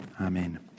amen